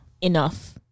Enough